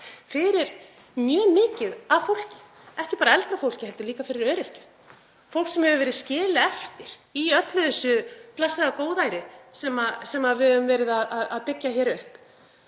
fyrir mjög margt fólk, ekki bara eldra fólk heldur líka fyrir öryrkja, fólk sem hefur verið skilið eftir í öllu þessu blessaða góðæri sem við höfum verið að byggja hér upp,